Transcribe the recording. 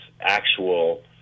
actual